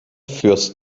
fürs